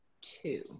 two